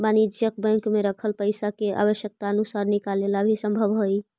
वाणिज्यिक बैंक में रखल पइसा के आवश्यकता अनुसार निकाले ला भी संभव हइ